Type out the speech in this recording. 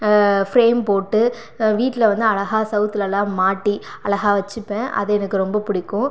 frame போட்டு வீட்டில் வந்து அழகாக சுவுத்துலலாம் மாட்டி அழகாக வச்சுப்பேன் அது எனக்கு ரொம்ப பிடிக்கும்